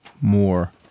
more